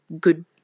good